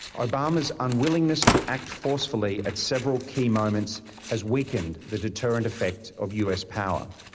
ah obama's unwillingness to act forcefully at several key moments has weakened the deterrent effect of us power.